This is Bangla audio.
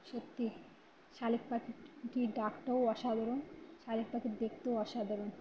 সত্যি শালিক পাখিটি ডাকটাও অসাধারণ শালিক পাখি দেখতেও অসাধারণ